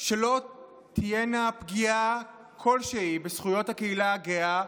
שלא תהיה פגיעה כלשהי בזכויות הקהילה הגאה,